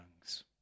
tongues